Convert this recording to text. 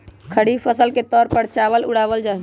खरीफ फसल के तौर पर चावल उड़ावल जाहई